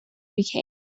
became